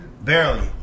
Barely